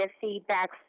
feedback